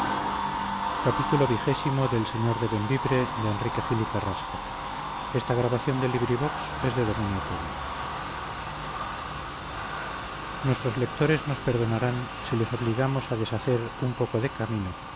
nuestros lectores nos perdonarán si les obligamos a deshacer un poco de camino